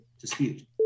dispute